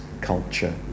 culture